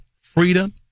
freedom